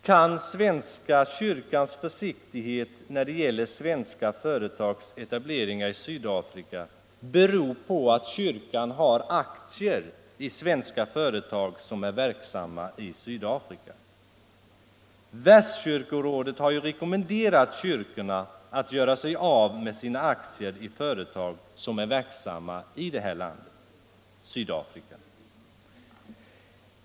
Kan svenska kyrkans försiktighet när det gäller svenska företags etableringar i Sydafrika bero på att kyrkan har aktier i svenska företag som är verksamma i Sydafrika? Världskyrkorådet har ju rekommenderat kyrkorna att göra sig av med sina aktier i företag som är verksamma i Sydafrika.